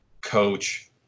coach